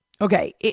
Okay